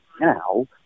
now